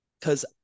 Cause